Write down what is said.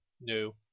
New